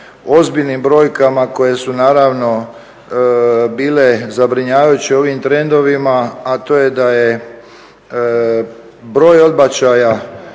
ozbiljnim brojkama koje su naravno bile zabrinjavajuće u ovim trendovima, a to je da je broj odbačaja